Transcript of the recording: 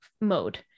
mode